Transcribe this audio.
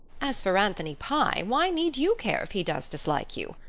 as for anthony pye, why need you care if he does dislike you?